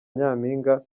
nyampinga